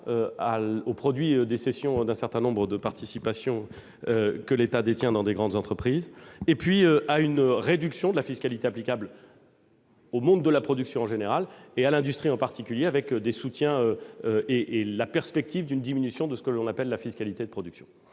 les produits de cession de certaines participations de l'État au capital de grandes entreprises -et de réduction de la fiscalité applicable au monde de la production en général et à l'industrie en particulier, avec notamment une perspective de diminution de ce que l'on appelle la fiscalité de production.